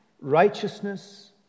righteousness